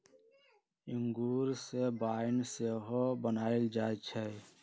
इंगूर से वाइन सेहो बनायल जाइ छइ